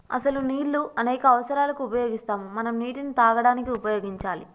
అసలు నీళ్ళు అనేక అవసరాలకు ఉపయోగిస్తాము మనం నీటిని తాగడానికి ఉపయోగించాలి